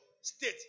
state